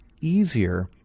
easier